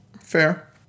Fair